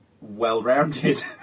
well-rounded